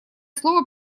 слово